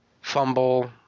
fumble